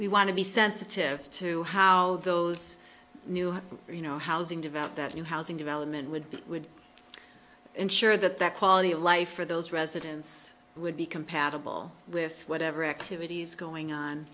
we want to be sensitive to how those new you know housing develop that new housing development would be would ensure that that quality of life for those residents would be compatible with whatever activities going on